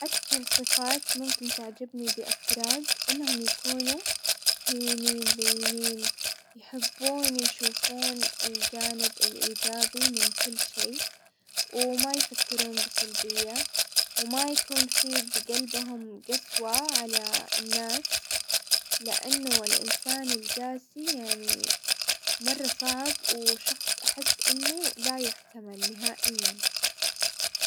اكثر صفات ممكن تعجبني بافراد انهم يكونوا هينين، لينين، يحبون يشوفون الجانب الايجابي من كل شي وما يفكرون بسلبية، وما يكون في بقلبهم قسوة على الناس، لانه الانسان القاسي يعني مرة صعب وشخص احس انه لا يحتمل نهائيا.